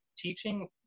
teaching